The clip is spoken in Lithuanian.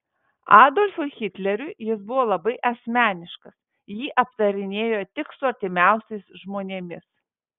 adolfui hitleriui jis buvo labai asmeniškas jį aptarinėjo tik su artimiausiais žmonėmis